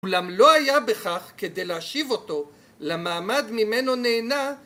‫אולם לא היה בכך כדי להשיב אותו ‫למעמד ממנו נהנה.